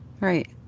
Right